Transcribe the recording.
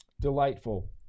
Delightful